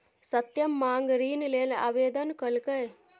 सत्यम माँग ऋण लेल आवेदन केलकै